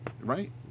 right